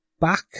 back